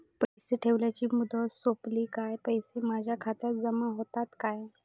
पैसे ठेवल्याची मुदत सोपली काय पैसे माझ्या खात्यात जमा होतात काय?